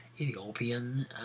Ethiopian